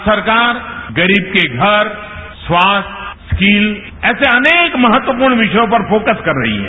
आज सरकार गरीब के घर स्वास्थ्य स्किल ऐसे अनेक महत्वपूर्ण विषयों पर फोकस कर रही है